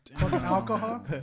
alcohol